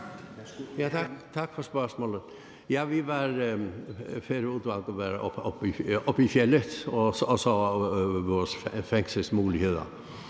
Tak for spørgsmålet. Ja, Færøudvalget var oppe i fjeldet og så på vores fængselsmuligheder.